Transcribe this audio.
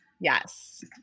Yes